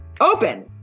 open